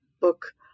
book